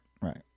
Right